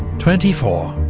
twenty four.